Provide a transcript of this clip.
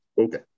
Okay